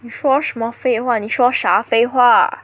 你说什么废话你说啥废话